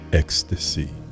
ecstasy